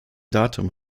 datum